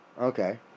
Okay